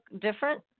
different